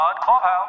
Clubhouse